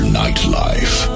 nightlife